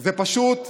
זה פשוט מטורף.